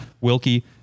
Wilkie